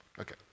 Okay